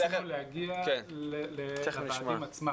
רצינו להגיע לוועדים עצמם,